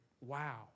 wow